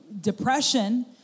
depression